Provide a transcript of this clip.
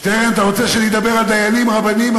שטרן, אתה רוצה שאני אדבר על דיינים, רבנים?